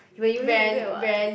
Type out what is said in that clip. when you late you wait [what]